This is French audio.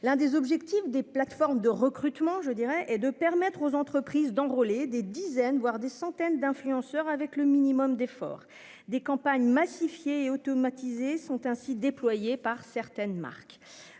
l'un des objectifs des plateformes de recrutement, je dirais, et de permettre aux entreprises d'enrôler des dizaines voire des centaines d'influenceurs avec le minimum d'efforts des campagnes massifier et. Sont ainsi déployés par certaines marques